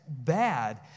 bad